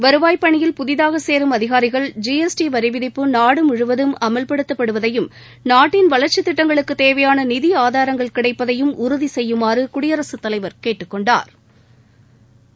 வருவாய் பணியில் புதிதாகசேரும் அதிகாரிகள் ஜி எஸ் டி வரிவிதிப்பு நாடுமுழுவதும் அமல்படுத்தப்படுவதையும் நாட்டின் வளா்ச்சித் திட்டங்களுக்குத் தேவையானநிதிஆதாரங்கள் கிடைப்பதையும் உறுதிசெய்யுமாறுகுடியரசுத் தலைவர் கேட்டுக் கொண்டாா்